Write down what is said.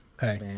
hey